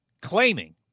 claiming